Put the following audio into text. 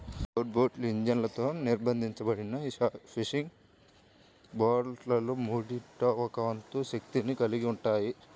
outboard ఇంజన్లతో నిర్బంధించబడిన fishing బోట్లలో మూడింట ఒక వంతు శక్తిని కలిగి ఉంటాయి